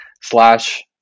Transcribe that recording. slash